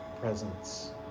presence